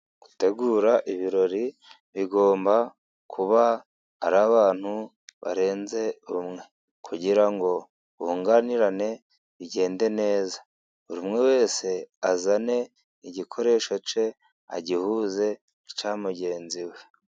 Gutegura ibirori, bigomba kuba ari abantu barenze umwe. Kugira ngo bunganirane, bigende neza. Buri umwe wese azane igikoresho cye, agihuze n'icya mugenzi we.